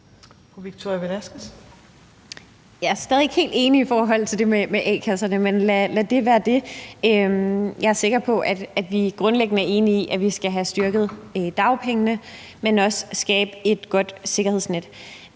Jeg er stadig ikke helt enig i det med a-kasserne, men lad det nu være. Jeg er sikker på, at vi grundlæggende er enige om, at vi skal have styrket dagpengene, men også skabe et godt sikkerhedsnet.